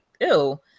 ew